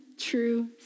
true